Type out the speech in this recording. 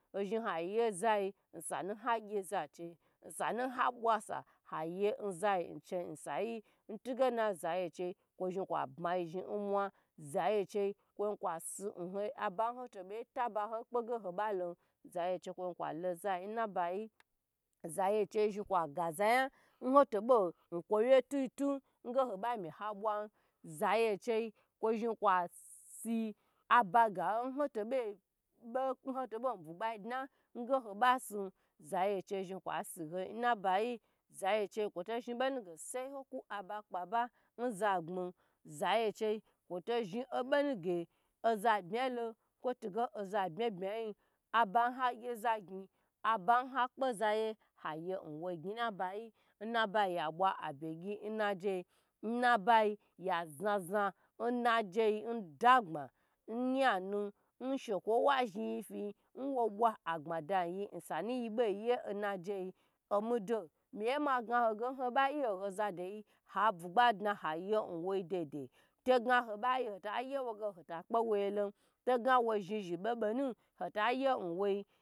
Ho zhi haye zayi osanu ha ge za chei nha bwa sa haye zaye nsayi ntige zaye che zhi kwo bma yi zhi nwo za yi che zhi hash aba hoto taba hosi zaye che zhi kwalo zayi na bayi, zayi che zhi kwa ga za yan n ho tobo nkwu wye tutun nge ho ba mi ha bwan zaye che kwo zhi kwo si aba ga nho tobo n bugba dna nge hoba sin zayi che zhi kwa si ho na bayi, zayi che kwo to zhibo nu ge sa ho aba kpe banza gbmi za yi chie kwo to zhi obonu ge oza bma bma yi kwo to za bma bmayi abanu ha gye za gyn habanu ha kpe zaye ha yi wo gyn nnabayi nnabayi ya bwa abe gyi na jeyi nnabayi ya zaza naje yi ndagbma oyan nshe kwoyi nwa zhi yifi nwo bwa agbmada yi sanu yi be yenajeyi omido miye maga ho ge nho be ye nho zado yi labugba da ha ye nwoye dedeyi toge ho ba hota yewo ge hota kpewo yelon toga wo zhi zhi be benu ho ta ye nwoi